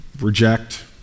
reject